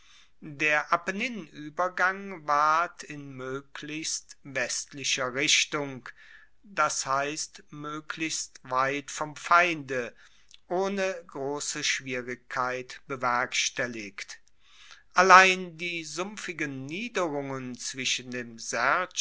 der apenninuebergang ward in moeglichst westlicher richtung das heisst moeglichst weit vom feinde ohne grosse schwierigkeit bewerkstelligt allein die sumpfigen niederungen zwischen dem